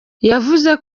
yavuze